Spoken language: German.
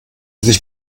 sich